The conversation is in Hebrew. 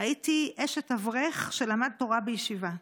הייתי אשת אברך שלמד תורה בישיבה.